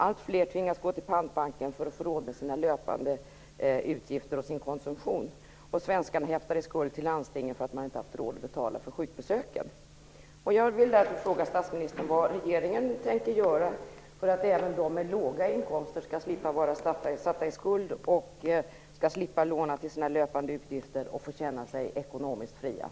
Alltfler tvingas gå till pantbanken för att få råd med sina löpande utgifter och sin konsumtion. Svenskarna häftar i skuld till landstingen därför att de inte har haft råd att betala för sjukbesöken.